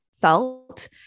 felt